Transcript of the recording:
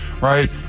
right